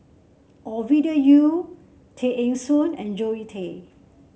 Ovidia Yu Tay Eng Soon and Zoe Tay